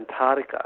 Antarctica